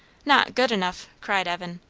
not good enough! cried evan.